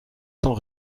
sans